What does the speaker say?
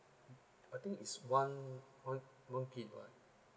I think is one one one gigabyte [what]